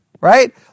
Right